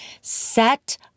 set